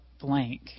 blank